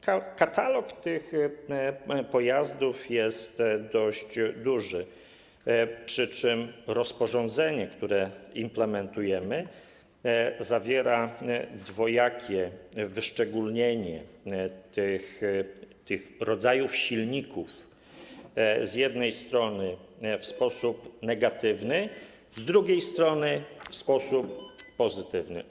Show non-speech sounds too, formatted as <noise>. Katalog tych pojazdów jest dość obszerny, przy czym rozporządzenie, które implementujemy, zawiera dwojakie wyszczególnienie rodzajów silników: z jednej strony - w sposób negatywny, <noise> z drugiej strony - w sposób pozytywny.